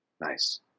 Nice